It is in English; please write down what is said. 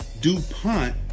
DuPont